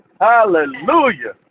Hallelujah